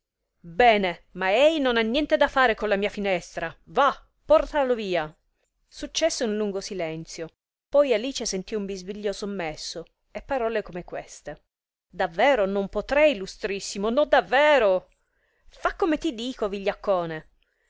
bene ma ei non ha niente da fare con la mia finestra va portalo via successe un lungo silenzio poi alice sentì un bisbiglio sommesso e parole come queste davvero non potrei lustrissimo nò davvero fa come ti dico vigliaccone